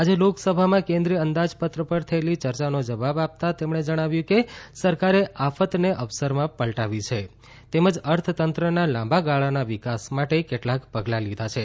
આજે લોકસભામાં કેન્દ્રિય અંદાજપત્ર પર થયેલી યર્યાનો જવાબ આપતા તેમણે જણાવ્યું કે સરકારે આફતને અવસરમાં પલટાવી છે તેમજ અર્થતંત્રના લાંબા ગાળાના વિકાસ માટે કેટલાક પગલા લીધા છે